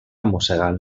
mossegant